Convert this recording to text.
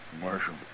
Marshal